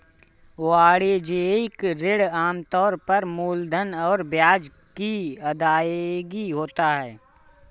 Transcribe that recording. वाणिज्यिक ऋण आम तौर पर मूलधन और ब्याज की अदायगी होता है